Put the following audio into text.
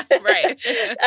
Right